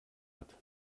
hat